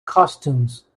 costumes